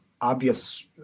obvious